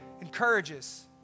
encourages